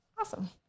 awesome